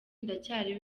ndacyari